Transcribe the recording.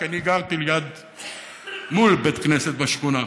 כי אני גרתי מול בית כנסת בשכונה,